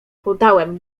podałem